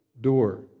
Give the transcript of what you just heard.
door